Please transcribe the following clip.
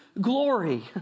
glory